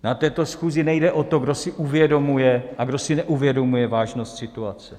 Na této schůzi nejde o to, kdo si uvědomuje a kdo si neuvědomuje vážnost situace.